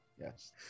Yes